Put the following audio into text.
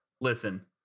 listen